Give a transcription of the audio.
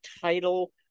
title